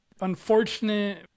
unfortunate